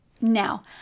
Now